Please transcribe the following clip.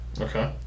Okay